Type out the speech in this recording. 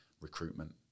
recruitment